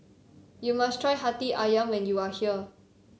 you must try Hati ayam when you are here